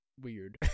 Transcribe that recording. weird